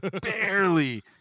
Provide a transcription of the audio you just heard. barely